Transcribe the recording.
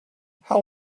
how